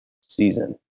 season